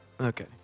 Okay